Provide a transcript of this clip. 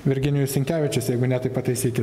virginijus sinkevičius jeigu ne tai pataisykit